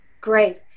Great